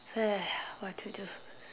!haiya! what to do